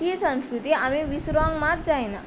ती संस्कृती आमी विसरोंक मात जायना